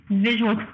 visual